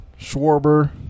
Schwarber